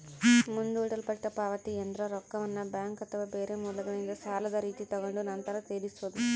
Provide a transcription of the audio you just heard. ಮುಂದೂಡಲ್ಪಟ್ಟ ಪಾವತಿಯೆಂದ್ರ ರೊಕ್ಕವನ್ನ ಬ್ಯಾಂಕ್ ಅಥವಾ ಬೇರೆ ಮೂಲಗಳಿಂದ ಸಾಲದ ರೀತಿ ತಗೊಂಡು ನಂತರ ತೀರಿಸೊದು